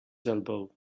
elbow